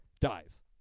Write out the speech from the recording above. dies